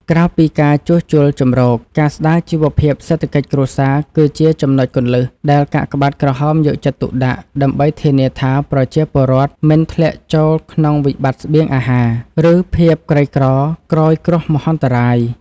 ក្រៅពីការជួសជុលជម្រក ការស្ដារជីវភាពសេដ្ឋកិច្ចគ្រួសារគឺជាចំណុចគន្លឹះដែលកាកបាទក្រហមយកចិត្តទុកដាក់ ដើម្បីធានាថាប្រជាពលរដ្ឋមិនធ្លាក់ចូលក្នុងវិបត្តិស្បៀងអាហារ ឬភាពក្រីក្រក្រោយគ្រោះមហន្តរាយ។